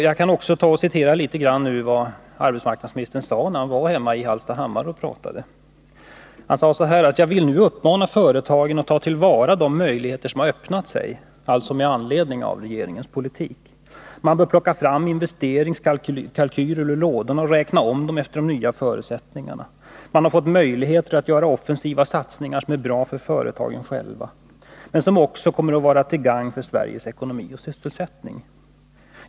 Jag kan citera litet av vad arbetsmarknadsministern sade när han talade i Hallstahammar: ”Jag vill nu uppmana företagen att ta till vara de möjligheter som har öppnat sig— —-.” Han avsåg de möjligheter som öppnat sig med anledning av regeringens politik.” —-—-- Man bör plocka fram investeringskalkyler ur lådorna och räkna om dem efter de nya förutsättningarna. Man har nu fått möjligheter att göra offensiva satsningar som är bra för företagen själva, men som också kommer att vara till gagn för Sveriges ekonomi och vår sysselsättning.